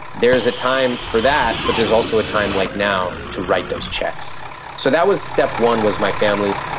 there's a time for that, but there's also a time like now to write those checks so, that was step one, was my family.